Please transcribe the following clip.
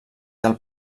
del